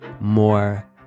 more